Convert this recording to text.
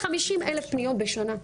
50 אלף פניות בשנה,